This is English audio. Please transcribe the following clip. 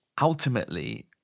ultimately